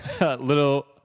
little